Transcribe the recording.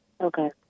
Okay